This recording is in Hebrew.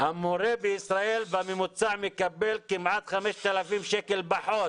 מורה בישראל מקבל כמעט 5,000 שקל פחות